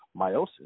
meiosis